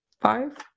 five